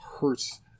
hurts